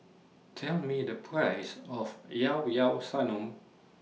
Tell Me The Price of Llao Llao Sanum